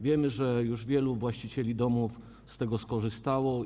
Wiemy, że wielu właścicieli domów już z tego skorzystało.